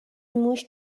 موش